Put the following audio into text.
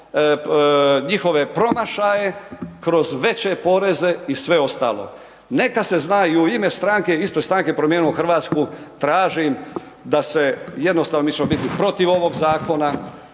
njihove promašaje kroz veće poreze i sve ostalo. Neka se zna i u ime stranke, ispred stranke Promijenimo Hrvatsku tražim da se, jednostavno mi ćemo biti protiv ovog zakona